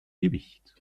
gewicht